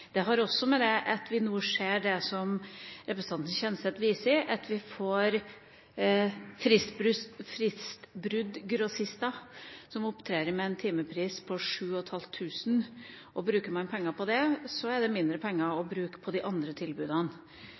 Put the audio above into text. har også med det vi nå ser å gjøre, som representanten Kjenseth viser til, at vi får fristbruddgrossister, som opptrer med en timepris på 7 500 kr. Bruker man pengene på det, er det mindre penger å bruke på de andre tilbudene.